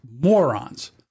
morons